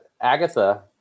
Agatha